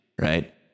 right